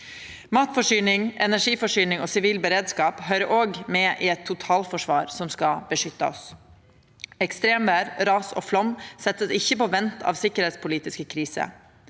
Matforsyning, energiforsyning og sivil beredskap høyrer òg med i eit totalforsvar som skal beskytta oss. Ekstremvêr, ras og flaum blir ikkje sette på vent av sikkerheitspolitiske kriser.